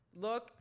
Look